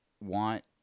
want –